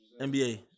NBA